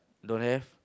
don't have